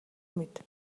мэд